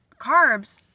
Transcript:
Carbs